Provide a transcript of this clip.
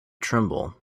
tremble